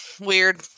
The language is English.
Weird